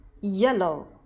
yellow